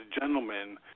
gentlemen –